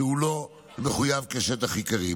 שהוא לא מחויב כשטח עיקרי.